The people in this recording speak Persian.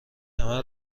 کمر